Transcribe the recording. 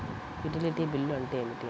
Utility bill అంటే ఏమిటి?